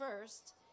first